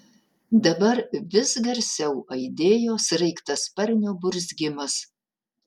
dabar vis garsiau aidėjo sraigtasparnio burzgimas